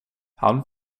han